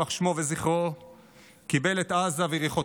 יימח שמו וזכרו,